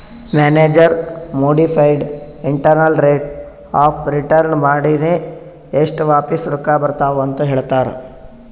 manager modified internal rate of return ಮಾಡಿನೆ ಎಸ್ಟ್ ವಾಪಿಸ್ ರೊಕ್ಕಾ ಬರ್ತಾವ್ ಅಂತ್ ಹೇಳ್ತಾರ್